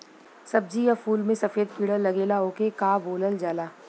सब्ज़ी या फुल में सफेद कीड़ा लगेला ओके का बोलल जाला?